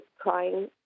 crying